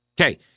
Okay